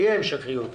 תהיה המשכיות.